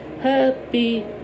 happy